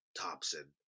Thompson